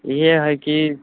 इहे है कि